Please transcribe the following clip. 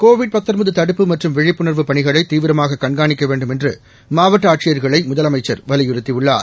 Covid தடுப்பு மற்றும் விழிப்புணர்வுப் பணிகளை தீவிரமாக கண்காணிக்க வேண்டும் என்று மாவட்ட ஆட்சியர்களை முதலமைச்சர் வலியுறுத்தியுள்ளார்